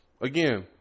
again